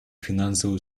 финансовую